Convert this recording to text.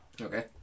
Okay